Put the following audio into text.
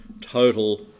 total